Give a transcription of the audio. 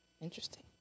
Interesting